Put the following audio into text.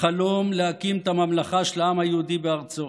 החלום להקים את הממלכה של העם היהודי בארצו,